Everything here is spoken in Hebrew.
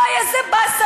אוי, איזה באסה.